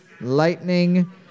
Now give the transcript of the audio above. lightning